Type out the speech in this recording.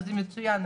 וזה מצוין,